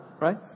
right